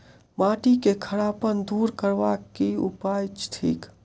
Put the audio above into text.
माटि केँ खड़ापन दूर करबाक की उपाय थिक?